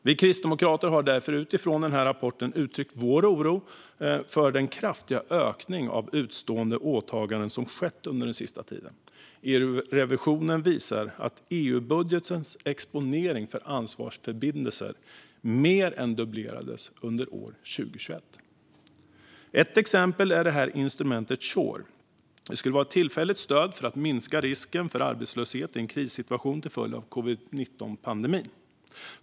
Vi kristdemokrater har därför utifrån denna rapport uttryckt vår oro för den kraftiga ökning av utestående åtaganden som skett under den senaste tiden. EU-revisionen visar att EU-budgetens exponering för ansvarsförbindelser mer än dubblerades under 2021. Ett exempel är instrumentet SURE. Det ska vara ett tillfälligt stöd för att minska risken för arbetslöshet i en krissituation till följd av covid-19-pandemin.